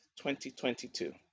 2022